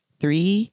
three